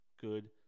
good